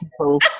people